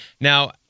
Now